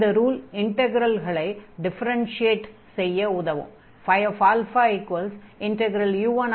இந்த ரூல் இன்டக்ரல்களை டிஃபரென்ஷியேட் செய்ய உதவும்